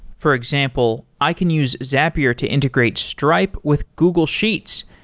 for example, i can use zapier to integrate stripe with google sheets,